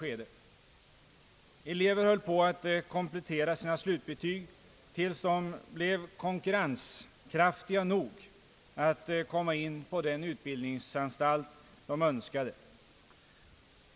Elever höll på att komplettera sina slutbetyg tills de blev konkurrenskraftiga nog att komma in på den utbildningsanstalt de önskade.